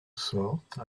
sorte